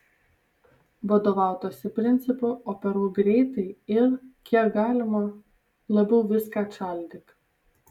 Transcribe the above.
vadovautasi principu operuok greitai ir kiek galima labiau viską atšaldyk